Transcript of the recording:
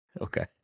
Okay